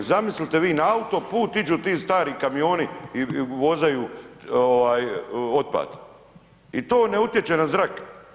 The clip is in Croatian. Zamislite vi na autoput iđu ti stari kamioni i vozaju otpad i to ne utječe na zrak.